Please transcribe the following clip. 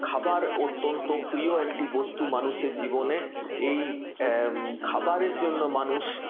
খাবার অত্যন্ত প্রিয় একটি বস্তু মানুষের জীবনে এই খাবারের জন্য মানুষ